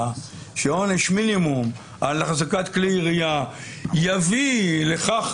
שעונש מינימום על אחזקת כלי ירייה יביא לכך,